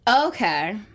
Okay